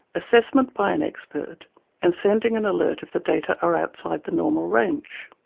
assessment by an expert and sending an alert if the data are outside the normal range.